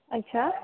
અચ્છા